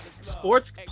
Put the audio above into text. Sports